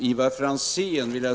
Herr talman!